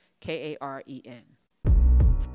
K-A-R-E-N